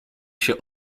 się